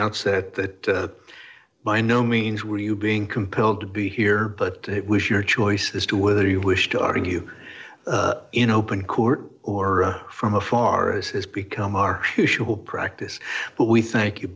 outset that by no means were you being compelled to be here but it was your choice as to whether you wish to argue in open court or from a far as has become our usual practice but we thank you